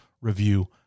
review